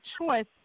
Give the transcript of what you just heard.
choice